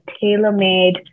tailor-made